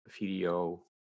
video